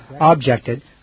objected